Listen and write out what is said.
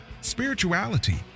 spirituality